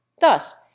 Thus